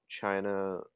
China